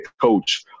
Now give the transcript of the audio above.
coach